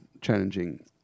challenging